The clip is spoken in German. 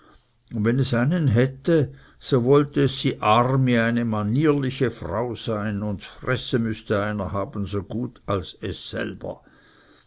und wenn es einen hätte so wollte es sy armi eine manierligte frau sein und ds fresse müßte einer haben so gut als es selber